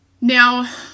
Now